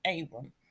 Abram